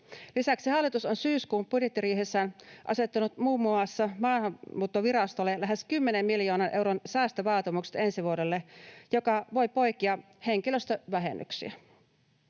Lisäksi hallitus on syyskuun budjettiriihessä asettanut muun muassa Maahanmuuttovirastolle lähes 10 miljoonan euron säästövaatimukset ensi vuodelle, mikä voi poikia henkilöstövähennyksiä.